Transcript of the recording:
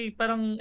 parang